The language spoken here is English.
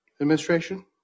administration